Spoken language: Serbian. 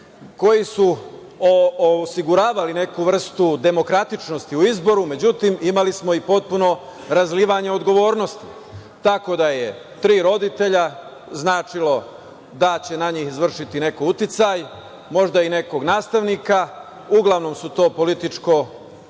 koji su osiguravali neku vrstu demokratičnosti u izboru. Međutim, imali smo i potpuno razlivanje odgovornosti. Tako da, tri roditelja je značilo da će na njih neko izvršiti uticaj, možda i nekog nastavnika. Uglavnom su to političko tajkunske,